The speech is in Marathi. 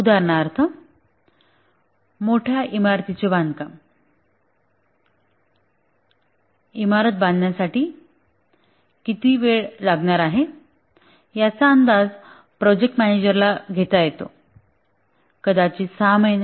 उदाहरणार्थ मोठ्या इमारतीचे बांधकाम इमारत बांधण्यासाठी किती वेळ लागणार आहे याचा अंदाज प्रोजेक्ट मॅनेजरला घेता येतो कदाचित 6 महिने